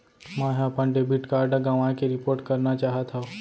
मै हा अपन डेबिट कार्ड गवाएं के रिपोर्ट करना चाहत हव